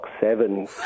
seven